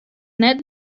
net